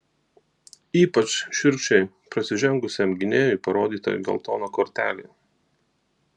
ypač šiurkščiai prasižengusiam gynėjui parodyta geltona kortelė